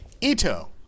Ito